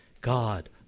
God